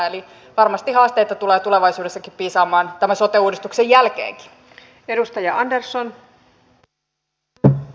eli varmasti haasteita tulee tulevaisuudessakin piisaamaan tämän sote uudistuksen jälkeenkin